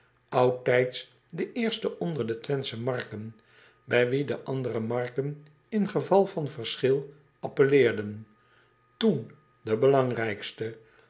oudtijds de eerste onder de wenthsche marken bij wie de andere marken in geval van verschil appelleerden t o e n de belangrijkste